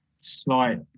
slight